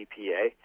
EPA